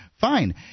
fine